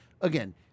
again